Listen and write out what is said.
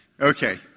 Okay